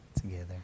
together